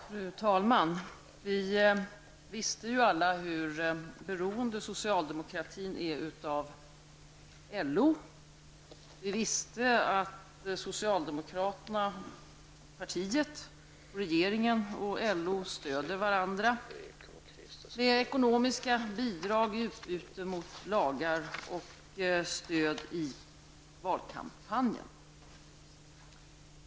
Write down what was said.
Fru talman! Vi visste alla hur beroende socialdemokratin är av LO. Vi visste att det socialdemokratiska partiet, regeringen och LO stöder varandra med ekonomiska bidrag i utbyte mot lagar och stöd i valkampanjer.